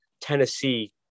Tennessee